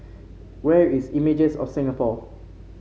where is Images of Singapore